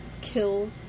kill